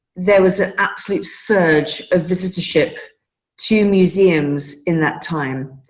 there was an absolute surge of visitorship to museums in that time.